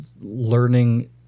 Learning